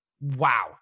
wow